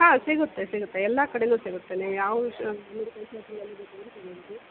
ಹಾಂ ಸಿಗುತ್ತೆ ಸಿಗುತ್ತೆ ಎಲ್ಲ ಕಡೆನೂ ಸಿಗುತ್ತೆ ನೀವು ಯಾವ ಮೆಡಿಕಲ್ ಶಾಪಲ್ಲಿ ಎಲ್ಲಿ ಬೇಕಾದರು ತಗೋಬೋದು